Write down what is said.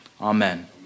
amen